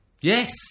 Yes